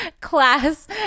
Class